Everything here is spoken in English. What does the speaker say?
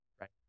right